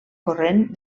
corrent